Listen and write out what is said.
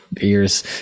ears